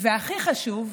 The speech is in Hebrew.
והכי חשוב,